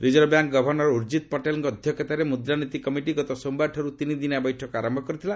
reserve Bank governor Urjit ପଟେଲ୍ଙ୍କ ଅଧ୍ୟକ୍ଷତାରେ ମୁଦ୍ରାନୀତି କମିଟି ଗତ ସୋମବାରଠାରୁ ତିନିଦିନିଆ ବୈଠକ ଆରମ୍ଭ ହୋଇଥିଲା